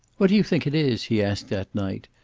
what do you think it is? he asked that night,